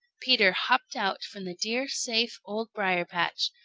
peter hopped out from the dear, safe old briar-patch,